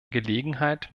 gelegenheit